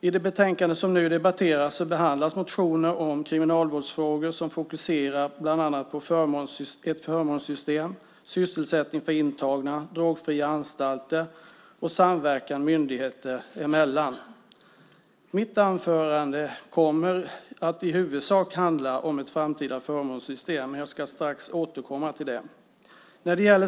I det betänkande som nu debatteras behandlas motioner om kriminalvårdsfrågor som fokuserar på bland annat ett förmånssystem, sysselsättning för intagna, drogfria anstalter och samverkan myndigheter emellan. Mitt anförande kommer att i huvudsak handla om ett framtida förmånssystem. Jag ska strax återkomma till det.